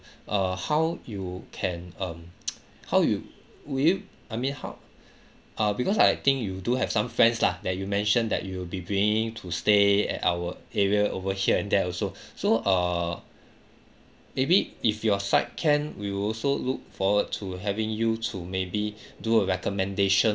uh how you can um how you will you I mean how uh because I think you do have some friends lah that you mentioned that you will be bringing in to stay at our area over here and there also so err maybe if your side can we'll also look forward to having you to maybe do a recommendation